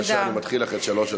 בבקשה, אני מתחיל לך את שלוש הדקות.